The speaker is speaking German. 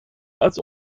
als